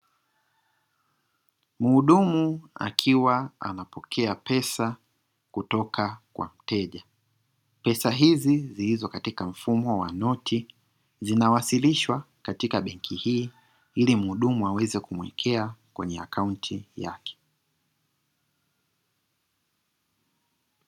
Mhudumu akiwa anapokea pesa kutoka kwa mteja, pesa hizi zilizo katika mfumo wa noti zinawasilishwa katika benki hii ili mhudumu aweze kumwekea kwenye akaunti yake.